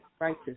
righteous